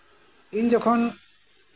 ᱤᱧ ᱡᱚᱠᱷᱚᱱ